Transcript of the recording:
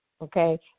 okay